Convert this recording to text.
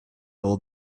old